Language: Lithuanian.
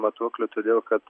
matuoklių todėl kad